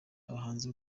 abahanzi